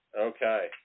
Okay